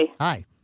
Hi